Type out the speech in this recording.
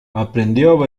aprendió